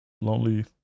Lonely